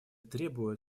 требует